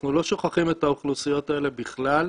אנחנו לא שוכחים את האוכלוסיות האלה בכלל.